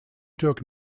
took